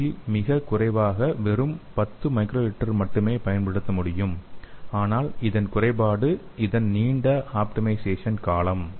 இதில் மிக குறைவாக வெறும் 10 µl மாதிரியை மட்டுமே பயன்படுத்த முடியும் ஆனால் இதன் குறைபாடு இதன் நீண்ட ஆப்டிமைஸேசன் காலம்